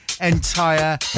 entire